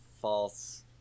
false